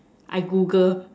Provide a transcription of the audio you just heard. I Google